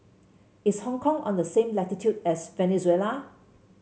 is Hong Kong on the same latitude as Venezuela